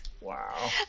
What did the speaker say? Wow